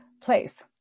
place